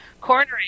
cornering